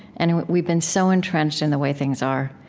and and we've been so entrenched in the way things are.